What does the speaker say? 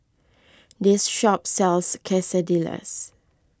this shop sells Quesadillas